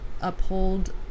Uphold